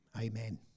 Amen